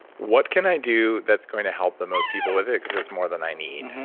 what can i do that's going to help the most people with it, because it's more than i need?